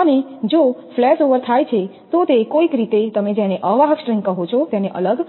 અને જો ફ્લેશઓવર થાય છે તો તે કોઈક રીતે તમે જેને અવાહક સ્ટ્રિંગ કહો છો તેને અલગ કરશે